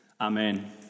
Amen